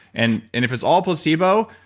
and and if it's all placebo,